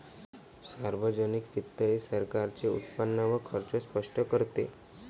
सार्वजनिक वित्त हे सरकारचे उत्पन्न व खर्च स्पष्ट करते